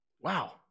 Wow